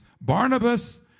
Barnabas